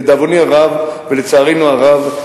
לדאבוני הרב ולצערנו הרב,